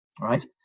Right